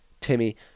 Timmy